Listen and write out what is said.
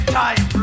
time